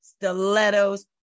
stilettos